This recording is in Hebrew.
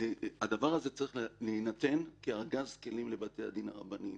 שהדבר הזה צריך להינתן כארגז כלים לבתי הדין הרבניים.